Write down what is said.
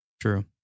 True